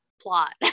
plot